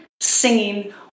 singing